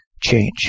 change